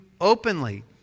openly